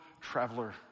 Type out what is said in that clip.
traveler